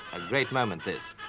a great moment this.